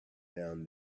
down